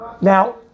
Now